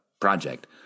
project